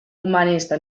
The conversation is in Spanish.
humanista